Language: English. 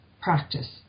practice